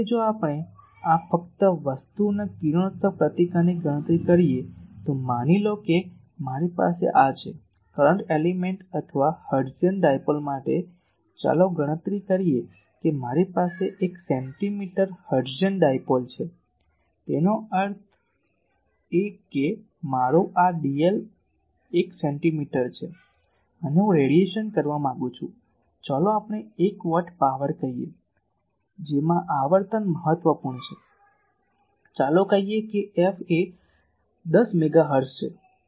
કારણ કે જો આપણે ફક્ત વસ્તુઓના કિરણોત્સર્ગ પ્રતિકારની ગણતરી કરીએ તો માની લો કે મારી પાસે આ છે કરંટ એલીમેન્ટ અથવા હર્ટઝિયન ડાયપોલ માટે ચાલો ગણતરી કરીએ કે મારી પાસે એક સેન્ટીમીટર હર્ટ્ઝિયન ડાયપોલ છે એનો અર્થ એ કે મારું dl 1 સેન્ટિમીટર છે અને હું રેડિયેશન કરવા માંગુ છું ચાલો આપણે 1 વોટ પાવર કહીએ કે જેમાં આવર્તન મહત્વપૂર્ણ છે ચાલો કહીએ કે f એ 10 મેગાહર્ટ્ઝ છે